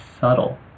subtle